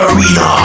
Arena